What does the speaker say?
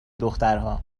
دخترها